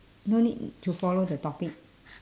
no need to follow the topic